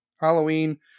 Halloween